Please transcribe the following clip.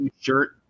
shirt